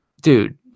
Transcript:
Dude